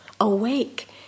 awake